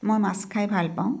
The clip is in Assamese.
মই মাছ খাই ভাল পাওঁ